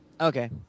Okay